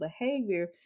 behavior